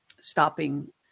stopping